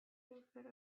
welfare